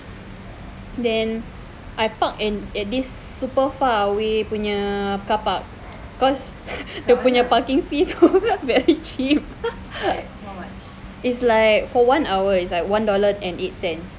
then I park at this super far away punya car park cause dia punya parking fees very cheap it's like for one hour is like one dollar and eight cents